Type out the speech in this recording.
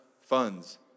funds